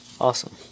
Awesome